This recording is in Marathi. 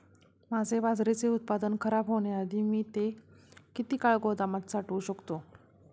माझे बाजरीचे उत्पादन खराब होण्याआधी मी ते किती काळ गोदामात साठवू शकतो?